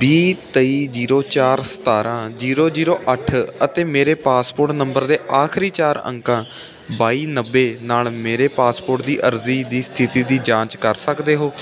ਵੀਹ ਤੇਈ ਜੀਰੋ ਚਾਰ ਸਤਾਰਾਂ ਜੀਰੋ ਜੀਰੋ ਅੱਠ ਅਤੇ ਮੇਰੇ ਪਾਸਪੋਰ੍ਟ ਨੰਬਰ ਦੇ ਆਖਰੀ ਚਾਰ ਅੰਕਾਂ ਬਾਈ ਨੱਬੇ ਨਾਲ ਮੇਰੇ ਪਾਸਪੋਰ੍ਟ ਅਰਜ਼ੀ ਦੀ ਸਥਿਤੀ ਦੀ ਜਾਂਚ ਕਰ ਸਕਦੇ ਹੋ